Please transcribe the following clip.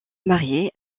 marié